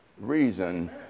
reason